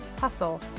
hustle